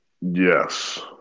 Yes